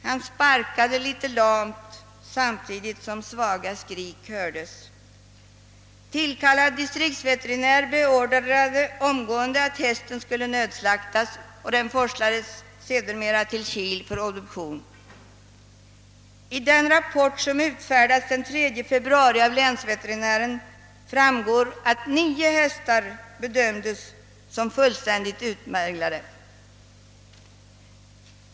Den sparkade litet lamt samtidigt som svaga skrik hördes. Tillkallad distriktsveterinär beordrade omgående att hästen skulle nödslaktas, och den forslades sedermera till Kil för obduktion. Av den rapport, som utfärdades den 23 februari av länsveterinären, framgår att nio hästar bedömdes som fullständigt utmärglade.